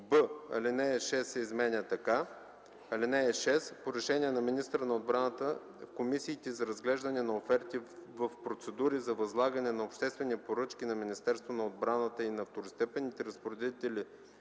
б) алинея 6 се изменя така: „(6) По решение на министъра на отбраната в комисиите за разглеждане на оферти в процедури за възлагане на обществени поръчки на Министерството на отбраната и на второстепенните разпоредители